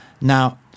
now